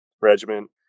regiment